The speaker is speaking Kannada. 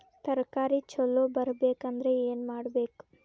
ತರಕಾರಿ ಛಲೋ ಬರ್ಬೆಕ್ ಅಂದ್ರ್ ಏನು ಮಾಡ್ಬೇಕ್?